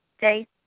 day